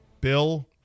Bill